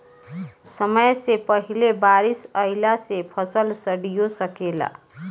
समय से पहिले बारिस अइला से फसल सडिओ सकेला